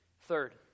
Third